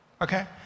okay